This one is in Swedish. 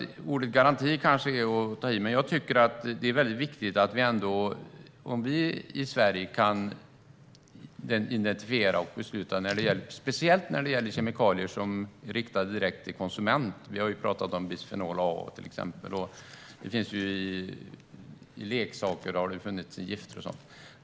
Ordet garanti kanske är att ta i. Men jag tycker att det är viktigt att vi i Sverige kan identifiera och besluta, speciellt när det gäller kemikalier som är riktade direkt till konsument. Vi har ju exempelvis talat om bisfenol A. I leksaker har det funnits gifter och så vidare.